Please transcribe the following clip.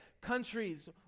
Countries